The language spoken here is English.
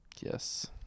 yes